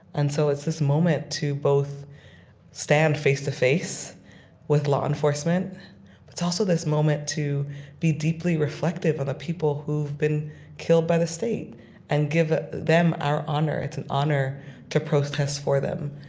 and so it's this moment to both stand face-to-face with law enforcement, but it's also this moment to be deeply reflective on the people who've been killed by the state and give ah them our honor. it's an honor to protest for them.